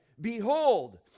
Behold